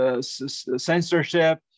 censorship